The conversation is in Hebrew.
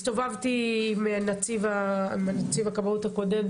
הסתובבתי עם נציב הכבאות הקודם,